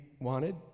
wanted